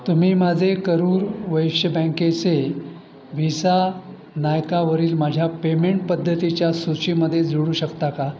तुम्ही माझे करूर वैश्य बँकेचे व्हिसा नायकावरील माझ्या पेमेंट पद्धतीच्या सूचीमध्ये जोडू शकता का